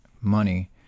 money